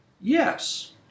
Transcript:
yes